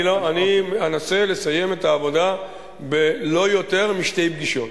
אני אנסה לסיים את העבודה בלא יותר משתי פגישות.